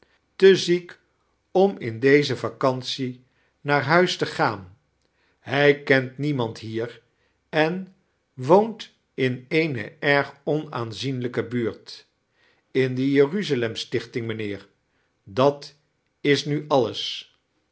te ziek om in deze vacantie naair huis te gaan hij kent niemand hier en wxxmt in eene erg onaanizienlijike buuirt in de jeruzaiemstiehting mynheer dat is nu alles